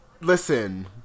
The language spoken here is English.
Listen